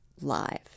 live